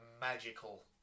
magical